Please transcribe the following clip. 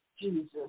Jesus